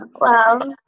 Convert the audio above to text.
Wow